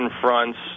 fronts